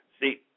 see